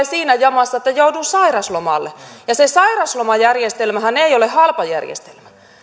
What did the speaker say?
siinä jamassa että joudun sairauslomalle ja se sairauslomajärjestelmähän ei ole halpa järjestelmä